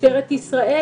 משטרת ישראל,